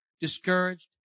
discouraged